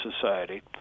Society